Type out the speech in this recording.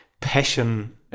passion